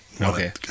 Okay